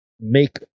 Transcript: make